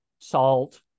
salt